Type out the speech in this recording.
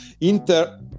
Inter